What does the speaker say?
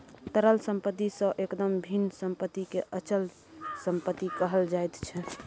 तरल सम्पत्ति सँ एकदम भिन्न सम्पत्तिकेँ अचल सम्पत्ति कहल जाइत छै